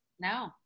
No